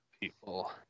people